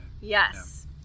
Yes